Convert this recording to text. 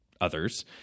others